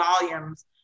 volumes